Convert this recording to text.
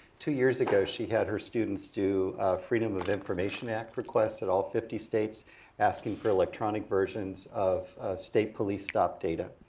two years ago she had her students do freedom of information act request on all fifty states asking for electronic versions of state police stop data.